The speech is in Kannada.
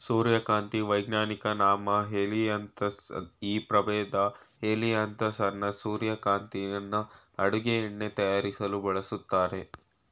ಸೂರ್ಯಕಾಂತಿ ವೈಜ್ಞಾನಿಕ ನಾಮ ಹೆಲಿಯಾಂತಸ್ ಈ ಪ್ರಭೇದ ಹೆಲಿಯಾಂತಸ್ ಅನ್ನಸ್ ಸೂರ್ಯಕಾಂತಿನ ಅಡುಗೆ ಎಣ್ಣೆ ತಯಾರಿಸಲು ಬಳಸ್ತರೆ